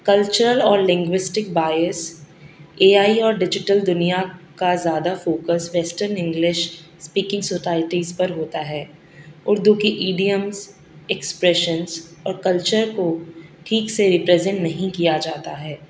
cultural اور linguistic bias A I اور digital دنیا کا زیادہ focus western English speaking societies پر ہوتا ہے اردو کی ایڈیمس ایکسپریشنس اور کلچر کو ٹھیک سے ریپریزینٹ نہیں کیا جاتا ہے